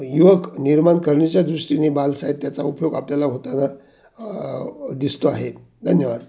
युवक निर्माण करण्याच्या दृष्टीने बालसाहित्याचा उपयोग आपल्याला होताना दिसतो आहे धन्यवाद